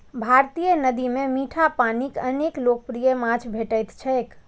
भारतीय नदी मे मीठा पानिक अनेक लोकप्रिय माछ भेटैत छैक